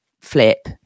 flip